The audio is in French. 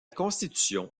constitution